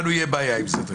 לנו תהיה בעיה עם זה.